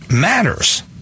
matters